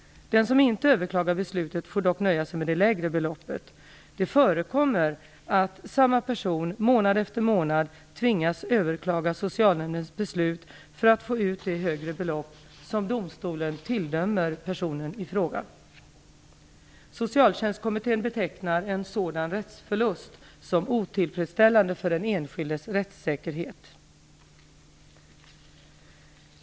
Den som inte överklagar beslutet får dock nöja sig med det lägre beloppet. Det förekommer att samma person månad efter månad tvingas överklaga socialnämndens beslut för att få ut det högre belopp som domstolen tilldömer personen i fråga. Socialtjänstkommittén betecknar en sådan rättsförlust som otillfredsställande för den enskildes rättssäkerhet.